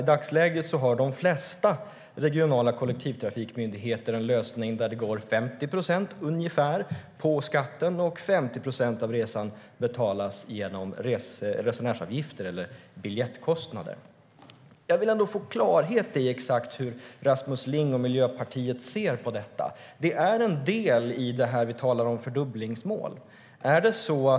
I dagsläget har de flesta regionala kollektivtrafikmyndigheter en lösning där ungefär 50 procent går på skatten och 50 procent av resan betalas genom resenärsavgifter eller biljettkostnader. Jag vill få klarhet i exakt hur Rasmus Ling och Miljöpartiet ser på detta. Det är en del av det som vi talar om som handlar om fördubblingsmål.